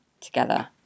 together